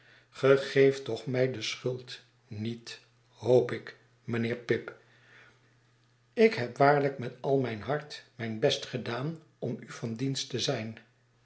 geeft toch mij de schuld niet hoop ik mijnheer pip ik heb waarlijk met al mijn hart mijn best gedaan om u van dienst te zijn